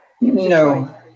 No